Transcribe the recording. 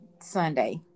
Sunday